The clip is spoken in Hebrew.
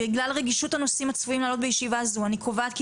בגלל רגישות הנושאים הצפויים לעלות בישיבה זו אני קובעת כי